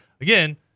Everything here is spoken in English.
again